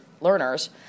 learners